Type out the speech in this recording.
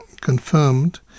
confirmed